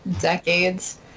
decades